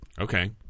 Okay